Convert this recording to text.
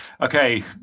Okay